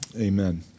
amen